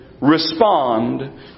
Respond